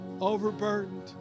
overburdened